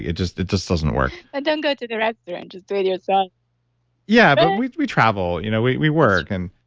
it just it just doesn't work don't go to the restaurant, just do it yourself yeah, but we we travel, you know? we we work and